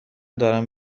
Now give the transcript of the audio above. دارم